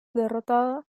derrotada